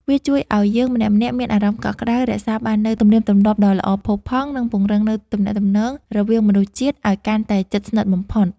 វាជួយឱ្យយើងម្នាក់ៗមានអារម្មណ៍កក់ក្តៅ រក្សាបាននូវទំនៀមទម្លាប់ដ៏ល្អផូរផង់ និងពង្រឹងនូវទំនាក់ទំនងរវាងមនុស្សជាតិឱ្យកាន់តែជិតស្និទ្ធបំផុត។